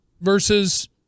versus